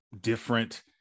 different